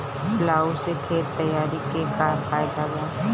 Plough से खेत तैयारी के का फायदा बा?